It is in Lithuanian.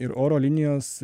ir oro linijos